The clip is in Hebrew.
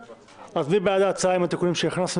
מי בעד ההצעה עם התיקונים שהכנסנו?